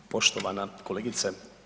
Poštovana kolegice.